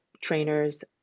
trainers